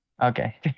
Okay